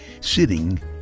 sitting